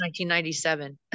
1997